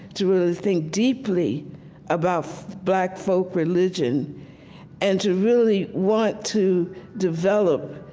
to really think deeply about black folk religion and to really want to develop,